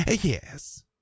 Yes